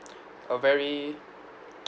a very